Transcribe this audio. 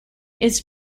its